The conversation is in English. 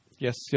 Yes